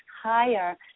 higher